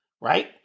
Right